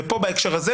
ובנושא הזה,